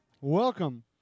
welcome